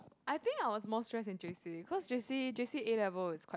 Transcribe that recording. I think I was more stress in j_c cause j_c j_c A-level is quite